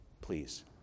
please